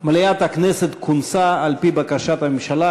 מליאת הכנסת כונסה על-פי בקשת הממשלה,